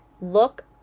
look